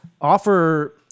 offer